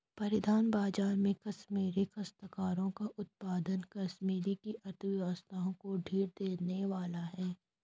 परिधान बाजार में कश्मीरी काश्तकारों का उत्पाद कश्मीर की अर्थव्यवस्था को दृढ़ता देने वाला है